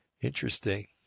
Interesting